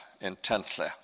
intently